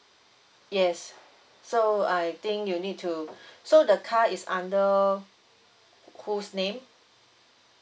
yes so I think you need to so the car is under wh~ whose name